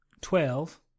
Twelve